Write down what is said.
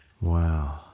Wow